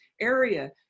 area